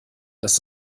dass